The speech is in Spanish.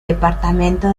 departamento